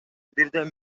бирден